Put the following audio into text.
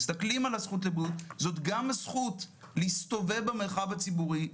מסתכלים על הזכות לבריאות - גם הזכות להסתובב במרחב הציבורי,